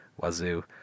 wazoo